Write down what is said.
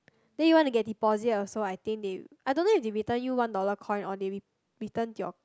then you want to get deposit also I think they I don't know if they return you one dollar coin or they rep~ return to your